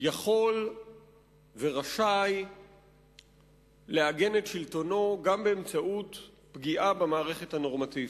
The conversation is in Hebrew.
יכול ורשאי לעגן את שלטונו גם באמצעות פגיעה במערכת הנורמטיבית.